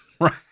right